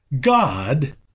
God